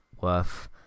worth